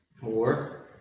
more